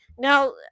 Now